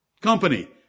company